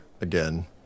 again